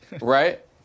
right